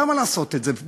למה לעשות את זה?